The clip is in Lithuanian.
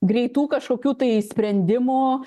greitų kažkokių tai sprendimų